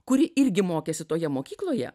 kuri irgi mokėsi toje mokykloje